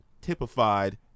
typified